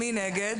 מי נגד.